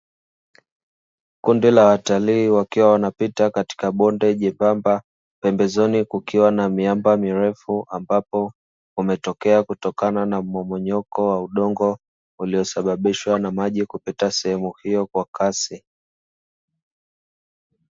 Kundi la watalii wakiwa wanapita katika bonde jebamba. Pembezoni kukiwa na miamba mirefu ambapo umetokea kutokana na mmomonyoko wa udongo uliosababishwa na maji kupita sehemu hiyo kwa kasi.